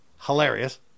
hilarious